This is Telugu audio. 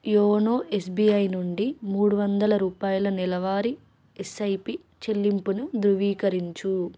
యోనో ఎస్బిఐ నుండి మూడు వందల రూపాయల నెలవారీ ఎస్ఐపి చెల్లింపును ధృవీకరించు